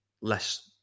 less